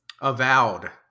avowed